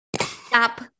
Stop